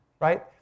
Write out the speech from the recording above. Right